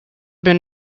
been